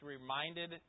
reminded